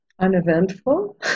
Uneventful